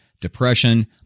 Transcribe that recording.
depression